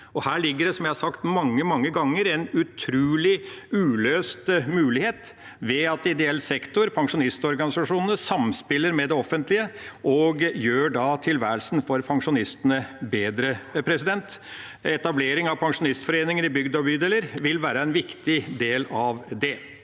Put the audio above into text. Her ligger det, som jeg har sagt mange, mange ganger, en utrolig uløst mulighet ved at ideell sektor og pensjonistorganisasjonene samspiller med det offentlige og da gjør tilværelsen for pensjonistene bedre. Etablering av pensjonistforeninger i bygder og bydeler vil være en viktig del av det.